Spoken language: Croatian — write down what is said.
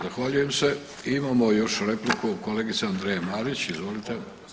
Zahvaljujem se i imamo još repliku kolegice Andreje Marić, izvolite.